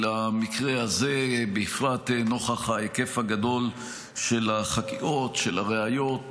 בפרט נוכח ההיקף הגדול של החקירות והראיות,